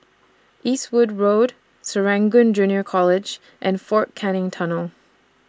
Eastwood Road Serangoon Junior College and Fort Canning Tunnel